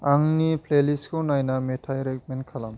आंनि प्लेलिस्टखौ नायना मेथाइ रेक'मेन्ड खालाम